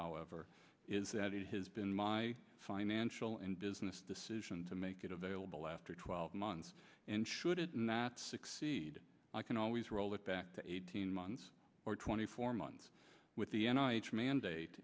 however is that it has been my financial and business decision to make it available after twelve months and should it not succeed i can always roll it back to eighteen months or twenty four months with the and i each mandate